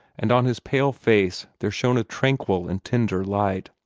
and on his pale face there shone a tranquil and tender light.